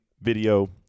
video